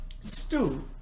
stew